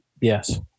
yes